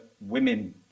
women